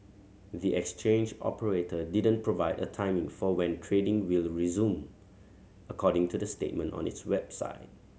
the exchange operator didn't provide a timing for when trading will resume according to the statement on its website